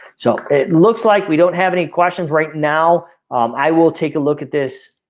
so it looks like we don't have any questions right now. um i will take a look at this